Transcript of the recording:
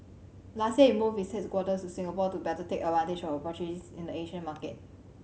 last year it moved its headquarters to Singapore to better take of in the Asian market